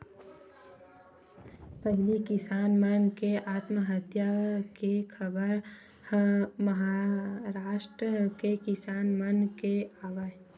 पहिली किसान मन के आत्महत्या के खबर महारास्ट के किसान मन के आवय